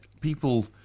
people